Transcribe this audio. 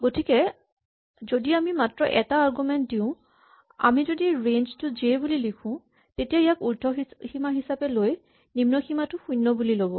গতিকে যদি আমি মাত্ৰ এটা আৰগুমেন্ট দিয়ো আমি যদি ৰেঞ্জ জে বুলি লিখো তেতিয়া ইয়াক উৰ্দ্ধসীমা হিচাপে লৈ নিম্ন সীমাটো শূণ্য বুলি ল'ব